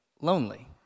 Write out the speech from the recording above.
lonely